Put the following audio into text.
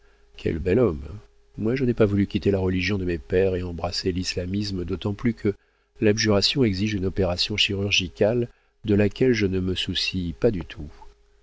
quel bel homme moi je n'ai pas voulu quitter la religion de mes pères et embrasser l'islamisme d'autant plus que l'abjuration exige une opération chirurgicale de laquelle je ne me soucie pas du tout